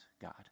God